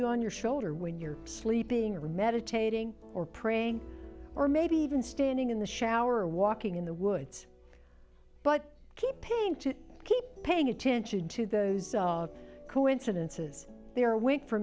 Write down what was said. you on your shoulder when you're sleeping or meditating or praying or maybe even standing in the shower or walking in the woods but keeping to keep paying attention to those coincidences there wait for